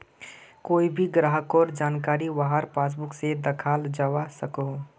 कोए भी ग्राहकेर जानकारी वहार पासबुक से दखाल जवा सकोह